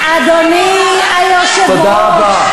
אדוני היושב-ראש,